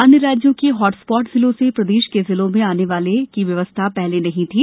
अन्य राज्यों के हॉटस्पॉट जिलों से प्रदेश के जिलों में आने की व्यवस्था पहले नहीं थी